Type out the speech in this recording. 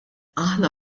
aħna